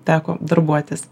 teko darbuotis